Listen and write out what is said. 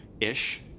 ish